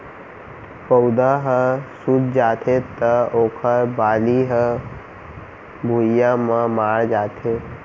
पउधा ह सूत जाथे त ओखर बाली ह भुइंया म माढ़ जाथे